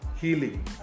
healing